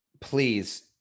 please